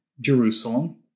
Jerusalem